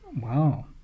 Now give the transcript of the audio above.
Wow